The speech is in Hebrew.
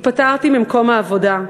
התפטרתי ממקום העבודה,